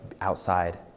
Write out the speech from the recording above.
outside